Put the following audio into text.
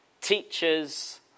Teachers